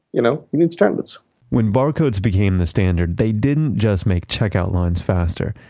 you know? you need standards when barcodes became the standard, they didn't just make checkout lines faster.